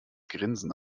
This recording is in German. grinsen